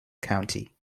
county